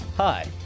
Hi